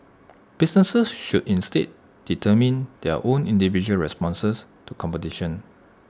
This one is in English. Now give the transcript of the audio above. businesses should instead determine their own individual responses to competition